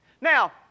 Now